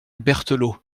berthelot